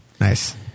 Nice